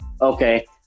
okay